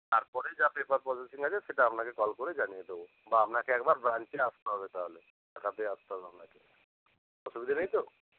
তারপরে যা paper processing আছে সেটা আপনাকে কল করে জানিয়ে দেবো বা আপনাকে একবার ব্রাঞ্চে আসতে হবে তাহলে আসতে হবে আপনাকে অসুবিধা নাই তো